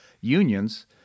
unions